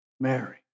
Mary